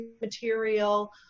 material